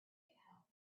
help